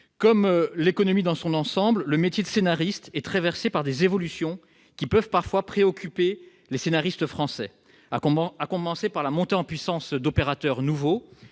Comme l'économie dans son ensemble, le monde du cinéma est traversé par des évolutions qui peuvent parfois préoccuper les scénaristes français, à commencer par la montée en puissance d'opérateurs nouveaux-